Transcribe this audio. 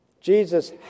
Jesus